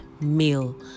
meal